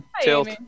tilt